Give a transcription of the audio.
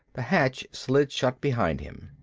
the hatch slid shut behind him.